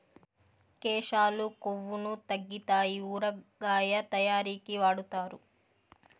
కేశాలు కొవ్వును తగ్గితాయి ఊరగాయ తయారీకి వాడుతారు